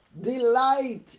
delight